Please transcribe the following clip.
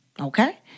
okay